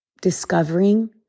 discovering